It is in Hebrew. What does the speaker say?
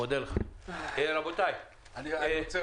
אבל כשדנים